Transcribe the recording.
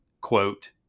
quote